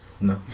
No